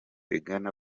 ingana